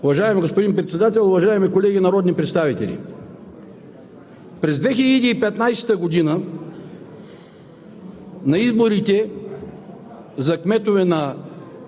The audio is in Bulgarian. Уважаеми господин Председател, уважаеми колеги народни представители! През 2015 г. на изборите за кметове на